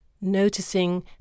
Noticing